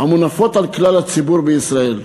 המונפות על כלל הציבור בישראל: